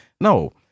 No